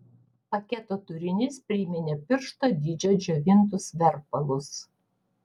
paketo turinys priminė piršto dydžio džiovintus verpalus